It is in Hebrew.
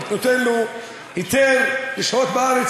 נותן לו היתר לשהות בארץ,